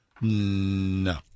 No